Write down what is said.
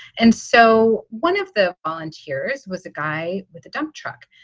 and so one of the volunteers was a guy with a dump truck.